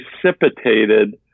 precipitated